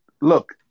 Look